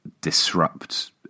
disrupt